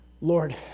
Lord